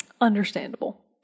Understandable